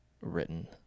written